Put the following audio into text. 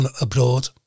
abroad